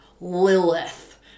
Lilith